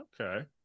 Okay